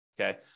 Okay